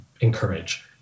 encourage